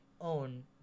own